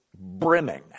brimming